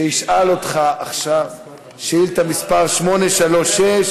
והוא ישאל אותך עכשיו את שאילתה מס' 836,